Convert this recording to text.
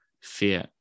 Fear